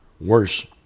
worse